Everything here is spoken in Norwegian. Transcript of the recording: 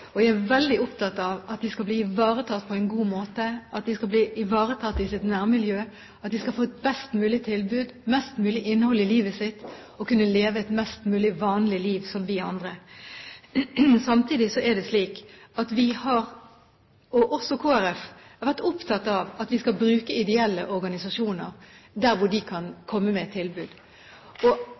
Jeg er veldig opptatt av at de skal bli ivaretatt på en god måte, at de skal bli ivaretatt i sitt nærmiljø, at de skal få et best mulig tilbud og mest mulig innhold i livet sitt, og at de skal kunne leve et mest mulig vanlig liv som oss andre. Samtidig er det slik at vi – og også Kristelig Folkeparti – har vært opptatt av at vi skal bruke ideelle organisasjoner der de kan komme med et tilbud.